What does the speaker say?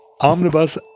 omnibus